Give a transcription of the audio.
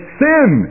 sin